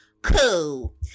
cool